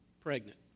pregnant